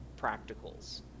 practicals